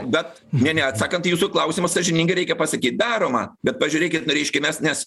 bet ne ne atsakant į jūsų klausimą sąžiningai reikia pasakyt daroma bet pažiūrėkit na reiškia mes nes